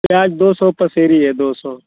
प्याज दो सौ पसेरी है दो सौ